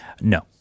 No